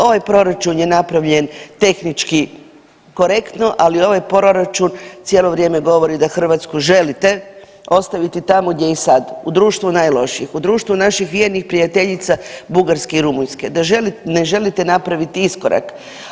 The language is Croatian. Ovaj proračun je napravljen tehnički korektno, ali ovaj proračun cijelo vrijeme govori da Hrvatsku želite ostaviti tamo gdje je sad u društvu najlošijih, u društvu naših vjernih prijateljica Bugarska i Rumunjske, da ne želite napraviti iskorak.